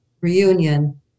reunion